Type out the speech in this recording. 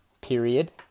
period